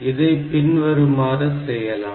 இதைப் பின்வருமாறு செய்யலாம்